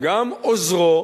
גם עוזרו